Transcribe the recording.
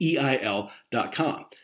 EIL.com